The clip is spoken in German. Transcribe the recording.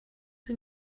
sie